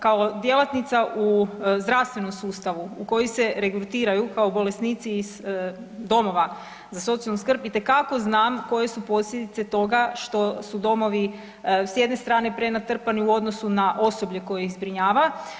Kao djelatnica u zdravstvenom sustavu u koji se regrutiraju kao bolesnici iz domova za socijalnu skrb itekako znam koje su posljedice toga što su domovi s jedne strane prenatrpani u odnosu na osoblje koje ih zbrinjava.